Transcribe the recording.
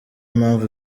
mpamvu